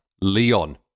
Leon